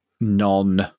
non